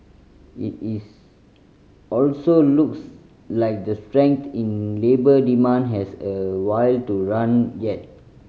it is also looks like the strength in labour demand has a while to run yet